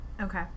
Okay